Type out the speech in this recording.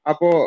Apo